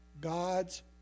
God's